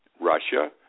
Russia